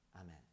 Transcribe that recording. Amen